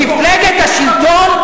מפלגת השלטון,